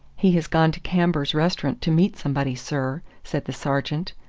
he has gone to cambours restaurant to meet somebody, sir, said the sergeant.